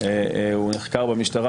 הוא נחקר במשטרה.